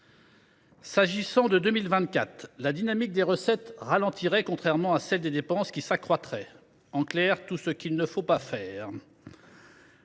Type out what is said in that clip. qui concerne 2024, la dynamique des recettes ralentirait, contrairement à celle des dépenses, qui s’accroîtrait. En clair, tout ce qu’il ne faut pas faire